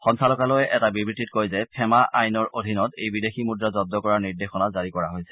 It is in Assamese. সঞ্চালকালয়ে এটা বিবৃতিত কয় যে ফেমা আইনৰ অধীনত এই বিদেশী মুদ্ৰা জব্দ কৰাৰ নিৰ্দেশনা জাৰী কৰিছে